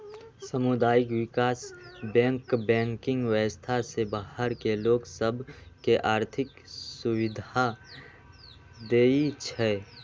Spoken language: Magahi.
सामुदायिक विकास बैंक बैंकिंग व्यवस्था से बाहर के लोग सभ के आर्थिक सुभिधा देँइ छै